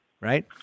Right